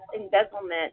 embezzlement